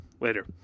later